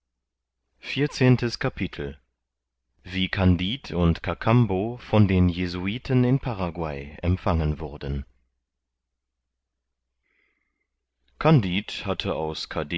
vierzehntes kapitel wie kandid und kakambo von den jesuiten in paraguay empfangen wurde kandid hatte aus